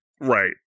Right